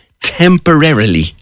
temporarily